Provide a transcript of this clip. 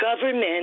government